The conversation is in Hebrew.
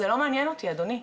זה לא מעניין אותי, אדוני.